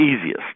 easiest